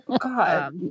God